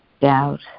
...doubt